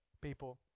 people